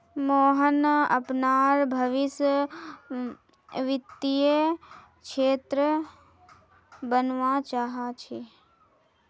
मोहन अपनार भवीस वित्तीय क्षेत्रत बनवा चाह छ